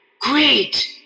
Great